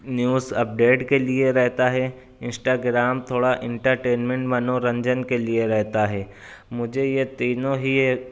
news update کے لیے رہتا ہے انسٹاگرام تھوڑا انٹرٹینمنٹ منورنجن کے لیے رہتا ہے مجھے یہ تینوں ہی یہ